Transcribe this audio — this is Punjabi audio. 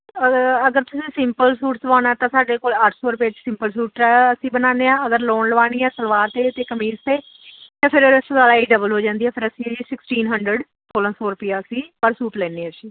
ਅਗਰ ਅਗਰ ਤੁਸੀਂ ਸਿੰਪਲ ਸੂਟ ਸਵਾਉਣਾ ਤਾਂ ਸਾਡੇ ਕੋਲ ਅੱਠ ਸੌ ਰੁਪਏ 'ਚ ਸਿੰਪਲ ਸੂਟ ਆ ਅਸੀਂ ਬਣਾਉਂਦੇ ਆ ਅਗਰ ਲੋਨ ਲਵਾਉਣੀ ਆ ਸਲਵਾਰ 'ਤੇ ਕਮੀਜ਼ 'ਤੇ ਅਤੇ ਫਿਰ ਸਿਲਾਈ ਡਬਲ ਹੋ ਜਾਂਦੀ ਹੈ ਫਿਰ ਅਸੀਂ ਸਿਕਸਟੀਨ ਹੰਡਰਡ ਸੌਲ੍ਹਾਂ ਸੌ ਰੁਪਇਆ ਅਸੀਂ ਪਰ ਸੂਟ ਲੈਂਦੇ ਹਾਂ ਜੀ